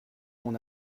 mon